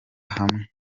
hamwe